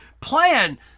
plan